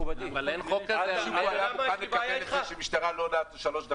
הוא היה מוכן לקבל את זה שמשטרה לא יודעת בשלוש דקות?